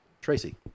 Tracy